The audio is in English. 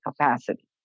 capacity